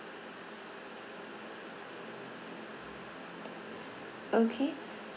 okay